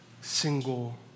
single